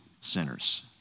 sinners